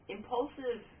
Impulsive